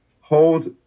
hold